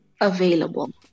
available